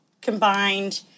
combined